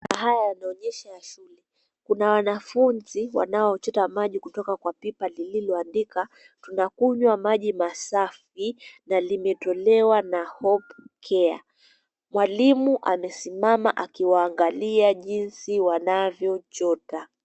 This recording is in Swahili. Mandhari haya yanaonyesha ya shule. Kuna wanafunzi wanaochota maji kutoka pipa lililoandika tunakunywa maji masafi na limetolewa na Hope Care . Mwalimu amesimama akiwaangalia jinsi wanavyochota.